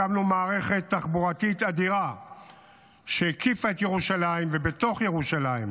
הקמנו מערכת תחבורתית אדירה שהקיפה את ירושלים ובתוך ירושלים,